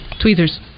Tweezers